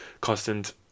constant